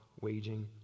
waging